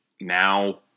now